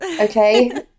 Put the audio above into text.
Okay